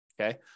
Okay